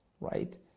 right